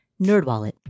NerdWallet